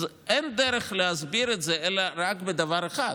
אז אין דרך להסביר את זה אלא רק בדבר אחד,